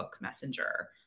messenger